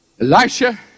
Elisha